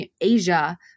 Asia